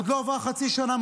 עוד לא עברה חצי שנה,